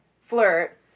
flirt